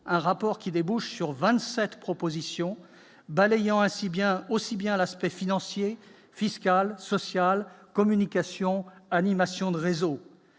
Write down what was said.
un rapport qui débouche sur 27 propositions balayant ainsi bien aussi bien à l'aspect financier, fiscal, social, communication, animation de réseau